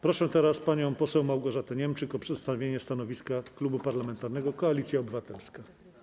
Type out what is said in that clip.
Proszę teraz panią poseł Małgorzatę Niemczyk o przedstawienie stanowiska Klubu Parlamentarnego Koalicja Obywatelska.